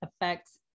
affects